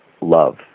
love